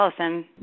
Allison